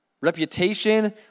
reputation